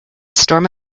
storm